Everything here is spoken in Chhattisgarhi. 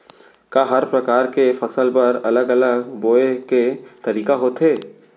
का हर प्रकार के फसल बर अलग अलग बोये के तरीका होथे?